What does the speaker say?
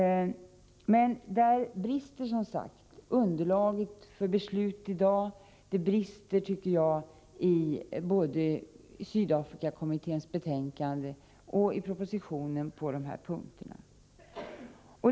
Men där brister, tycker jag, underlaget för ett beslut i dag, både i Sydafrikakommitténs betänkande och i propositionen.